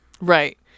Right